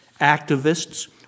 Activists